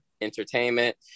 Entertainment